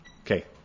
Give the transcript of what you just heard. Okay